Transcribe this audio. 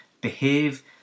behave